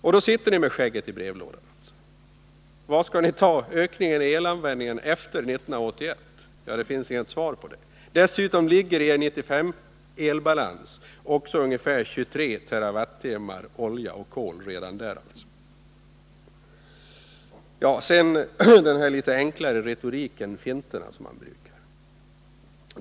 Och då sitter ni med skägget i brevlådan. Varifrån skall ni ta ökningen i elanvändningen efter år 1981? Ja, därpå finns inte något svar. Dessutom ligger redan i er elbalans för år 1995 också ungefär 23 TWh olja och kol. Jag vill också ta upp den enklare retoriken och finterna i ert resonemang.